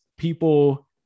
People